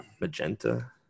magenta